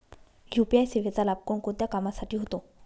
UPI सेवेचा लाभ कोणकोणत्या कामासाठी होतो?